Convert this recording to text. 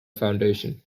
foundation